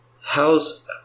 How's